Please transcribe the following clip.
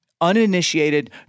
Uninitiated